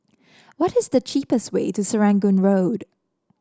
what is the cheapest way to Serangoon Road